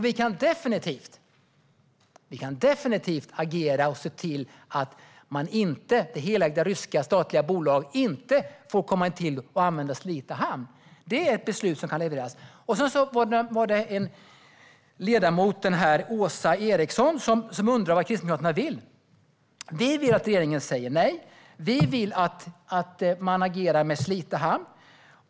Vi kan definitivt agera och se till att det statliga helägda ryska bolaget inte får använda Slite hamn. Det är ett beslut som kan levereras. Ledamoten Åsa Eriksson undrade vad Kristdemokraterna vill. Vi vill att regeringen säger nej. Vi vill att man agerar avseende Slite hamn.